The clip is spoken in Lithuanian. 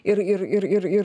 ir ir ir ir ir